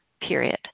period